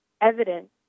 evidence